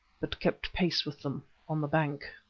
but kept pace with them on the bank.